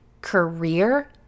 career